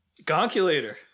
Gonculator